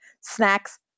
snacks